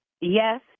Yes